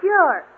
Sure